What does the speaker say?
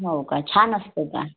हो का छान असतो का